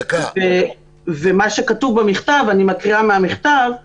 אני פותח את